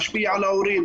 להשפיע על ההורים,